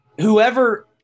whoever